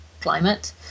climate